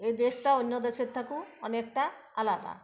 এই দেশটা অন্য দেশের থাকু অনেকটা আলাদা